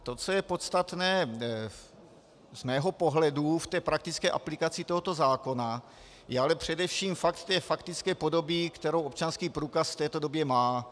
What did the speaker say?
To, co je podstatné z mého pohledu v praktické aplikaci tohoto zákona, je ale především fakt faktické podoby, kterou občanský průkaz v této době má.